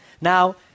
Now